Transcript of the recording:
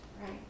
right